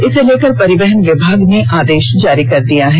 इसे लेकर परिवहन विभाग ने आदेश जारी कर दिया है